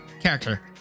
character